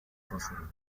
fósforo